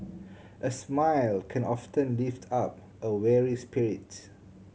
a smile can often lift up a weary spirit